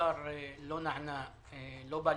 האוצר לא בא לקראתם,